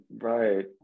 right